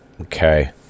Okay